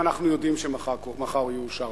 ואנחנו יודעים שמחר הוא יאושר.